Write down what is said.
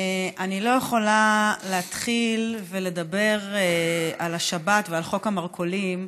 אני לא יכולה להתחיל ולדבר על השבת ועל חוק המרכולים,